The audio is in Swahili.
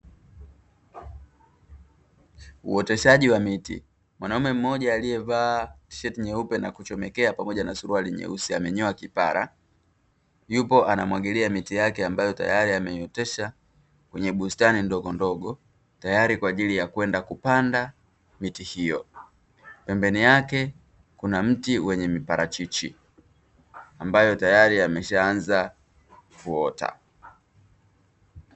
Uoteshaji wa miti, mwanaume mmoja aliyevaa tisheti nyeupe na kuchomekea pamoja na suruali nyeusi, amenyoa kipara, yupo anamwagilia miti yake ambayo tayari ameiotesha kwenye bustani ndogondogo, tayari kwa ajili ya kwenda kupanda miti hiyo. Pembeni yake kuna mti wenye miparachichi ambayo tayari yameshaanza kuota.